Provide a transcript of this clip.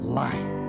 life